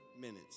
minutes